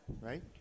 right